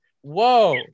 whoa